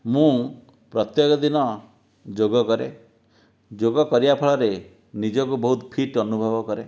ମୁଁ ପ୍ରତ୍ୟେକ ଦିନ ଯୋଗ କରେ ଯୋଗ କରିବା ଫଳରେ ନିଜକୁ ବହୁତ ଫିଟ୍ ଅନୁଭବ କରେ